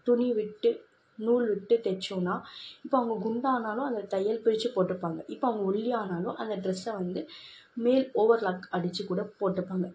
துணி விட்டு நூல் விட்டு தைச்சோம்ன்னா இப்போ அவங்க குண்டானாலும் அது தையல் பிரித்து போட்டுப்பாங்க இப்போ அவங்க ஒல்லியானாலும் அந்த ட்ரெஸ்ஸை வந்து ஓவர்லாக் அடிச்சுக்கூட போட்டுக்குவாங்க